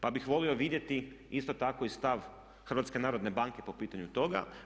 Pa bih volio vidjeti isto tako i stav HNB-a po pitanju toga.